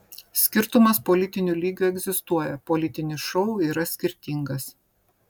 skirtumas politiniu lygiu egzistuoja politinis šou yra skirtingas